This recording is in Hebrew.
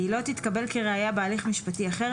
והיא לא תתקבל כראייה בהליך משפטי אחר,